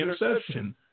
interception